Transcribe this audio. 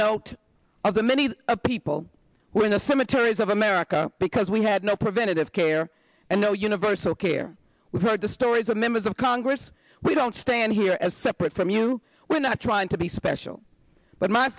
note of the many people who are in the cemetery is of america because we had no preventative care and no universal care we heard the stories of members of congress we don't stand here as separate from you we're not trying to be special but my